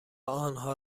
آنها